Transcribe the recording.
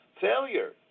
failure